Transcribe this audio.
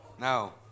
No